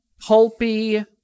pulpy